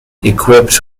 equipped